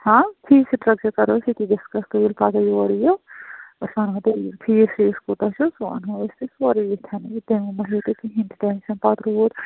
ہاں fee structure کَرو أسۍ ییٚتی ڈِسکس تُہۍ ییٚلہِ پگاہ یور یِیِو أسۍ وَنہو تۄہہِ فیٖس ویٖس کوٗتاہ چھُ سُہ وَنہو أسۍ تۄہہِ سورُے ییٚتھٮ۪ن یہِ کِہیٖنۍ تہِ ٹ۪نشَن پَتہٕ روٗد